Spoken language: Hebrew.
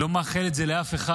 אני לא מאחל את זה לאף אחד.